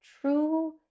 true